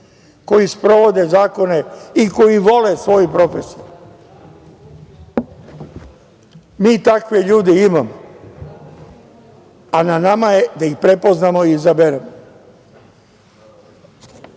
koji sprovode zakone i koji vole svoju profesiju. Mi takve ljude imamo, a na nama je da ih prepoznamo i izaberemo. Mogu